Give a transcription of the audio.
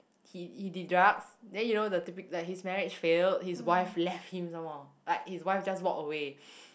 he he did drugs then you know the typi~ like his marriage failed his wife left him some more like his wife just walk away